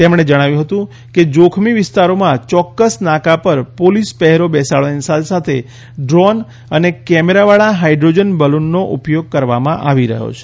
તેમણે જણાવ્યું હતું કે જોખમી વિસ્તારોમાં ચોક્કસ નાકા પર પોલીસ પહેરો બેસાડવાની સાથે સાથે ડ્રોન અને ત્રણ કેમેરાવાળા હાઇડ્રોજન બલૂનનો ઉપયોગ કરવામાં આવી રહ્યો છે